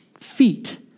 feet